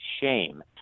shame